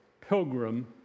pilgrim